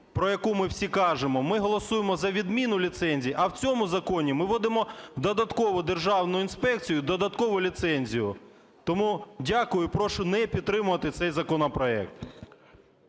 про яку ми всі кажемо, ми голосуємо за відміну ліцензій, а в цьому законі ми вводимо додатково державну інспекцію і додаткову ліценцію. Тому дякую і прошу не підтримувати цей законопроект.